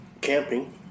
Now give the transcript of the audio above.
camping